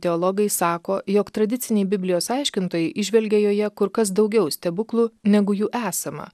teologai sako jog tradiciniai biblijos aiškintojai įžvelgė joje kur kas daugiau stebuklų negu jų esama